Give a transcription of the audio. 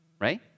right